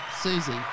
Susie